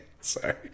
Sorry